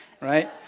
Right